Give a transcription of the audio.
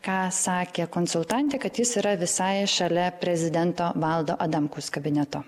ką sakė konsultantė kad jis yra visai šalia prezidento valdo adamkaus kabineto